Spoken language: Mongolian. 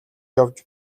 явж